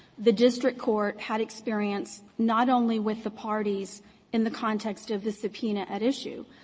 the district court had experience, not only with the parties in the context of the subpoena at issue,